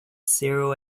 zero